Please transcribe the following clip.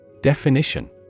Definition